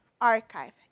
archive